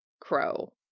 Crow